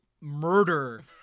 murder